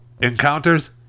encounters